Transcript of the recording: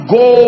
go